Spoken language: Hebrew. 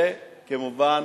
וכמובן